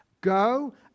Go